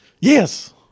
Yes